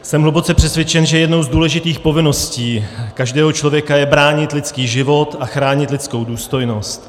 Jsem hluboce přesvědčen, že jednou z důležitých povinností každého člověka je bránit lidský život a chránit lidskou důstojnost.